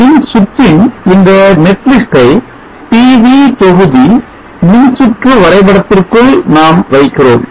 மின்சுற்றின் இந்த net list ஐ pv தொகுதி மின்சுற்று வரைபடத்திற்குள் நாம் வைக்கிறோம்